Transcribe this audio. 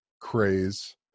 craze